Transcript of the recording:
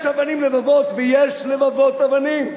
יש אבנים לבבות ויש לבבות אבנים,